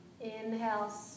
Inhale